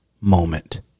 moment